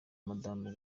madamu